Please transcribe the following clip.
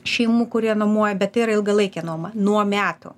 šeimų kurie nuomoja bet tai yra ilgalaikė nuoma nuo metų